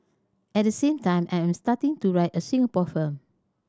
at the same time I am starting to write a Singapore film